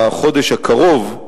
בחודש הקרוב,